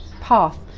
path